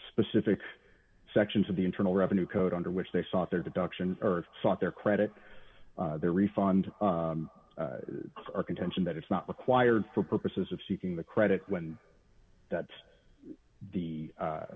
specific sections of the internal revenue code under which they sought their deduction earth sought their credit their refund or contention that it's not required for purposes of seeking the credit when that's the